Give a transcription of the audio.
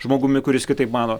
žmogumi kuris kitaip mano